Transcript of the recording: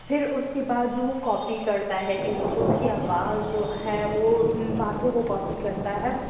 پھر اُس کے بعد جو وہ کاپی کرتا ہے چیزوں کو اُس کی آواز جو ہے وہ اُن باتوں کو کاپی کرتا ہے